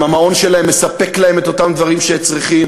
אם המעון שלהם מספק להם את אותם דברים שצריכים,